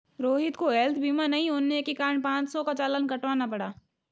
रोहित को हैल्थ बीमा नहीं होने के कारण पाँच सौ का चालान कटवाना पड़ा